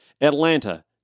Atlanta